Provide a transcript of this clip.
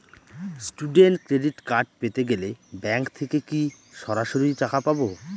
Student credit card পেতে গেলে bank থেকে কি সরাসরি টাকা পাবো?